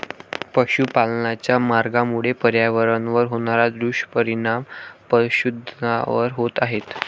पशुपालनाच्या मार्गामुळे पर्यावरणावर होणारे दुष्परिणाम पशुधनावर होत आहेत